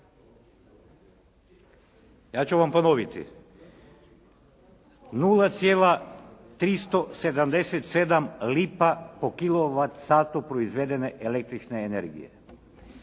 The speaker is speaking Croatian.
Ja ću vam ponoviti 0,377 lipa po kilovat satu proizvedene električne energije.